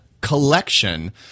collection